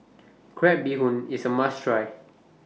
Crab Bee Hoon IS A must Try